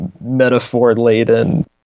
metaphor-laden